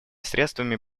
средствами